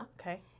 Okay